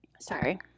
Sorry